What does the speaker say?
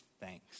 thanks